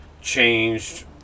changed